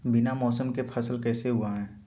बिना मौसम के फसल कैसे उगाएं?